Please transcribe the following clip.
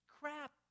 crap